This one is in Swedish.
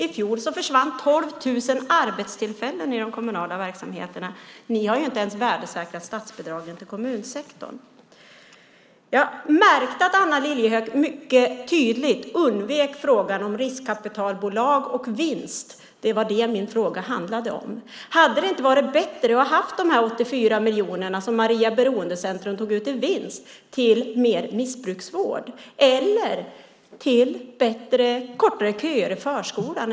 I fjol försvann 12 000 arbetstillfällen i de kommunala verksamheterna. Ni har inte ens värdesäkrat statsbidragen till kommunsektorn. Jag märkte mycket tydligt att Anna Lilliehöök undvek frågan om riskkapitalbolag och vinst. Det var det min fråga handlade om. Hade det inte varit bättre att ha dessa 84 miljoner som Maria Beroendecentrum tog ut i vinst till mer missbrukarvård eller till kortare köer i förskolan?